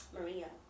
Maria